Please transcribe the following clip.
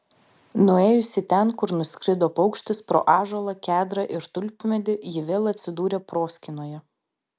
nuėjusi ten kur nuskrido paukštis pro ąžuolą kedrą ir tulpmedį ji vėl atsidūrė proskynoje